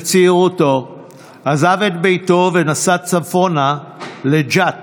בצעירותו עזב את ביתו ונסע צפונה לג'ת